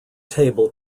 table